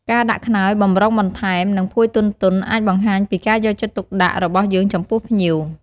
ការដាក់ខ្នើយបម្រុងបន្ថែម និងភួយទន់ៗ អាចបង្ហាញពីការយកចិត្តទុកដាក់របស់យើងចំពោះភ្ញៀវ។